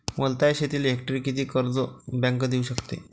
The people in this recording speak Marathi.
वलताच्या शेतीले हेक्टरी किती कर्ज बँक देऊ शकते?